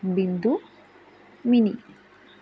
Bindu mini